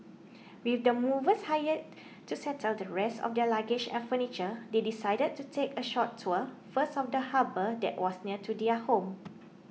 with the movers hired to settle the rest of their luggage and furniture they decided to take a short tour first of the harbour that was near to their home